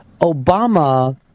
Obama